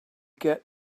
get